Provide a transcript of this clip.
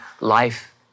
Life